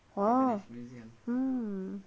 !wow! mm